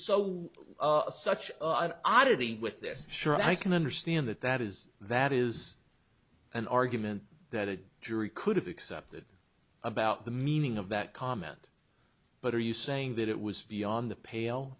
so such an oddity with this surely i can understand that that is that is an argument that a jury could have accepted about the meaning of that comment but are you saying that it was beyond the pale